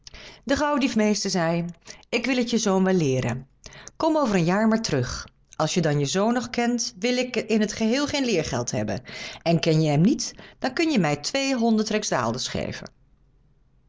de gauwdiefmeester zei ik wil het je zoon wel leeren kom over een jaar maar terug als je dan je zoon nog kent wil ik in t geheel geen leergeld hebben en ken je hem niet dan kun je mij tweehonderd rijksdaalders geven